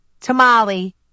Tamale